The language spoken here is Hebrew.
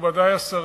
מכובדי השרים,